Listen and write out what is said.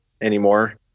anymore